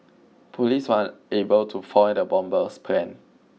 police were able to foil the bomber's plan